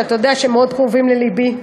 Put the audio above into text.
אתה יודע שהם מאוד קרובים ללבי,